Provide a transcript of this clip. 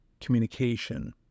communication